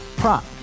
prop